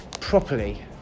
properly